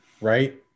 right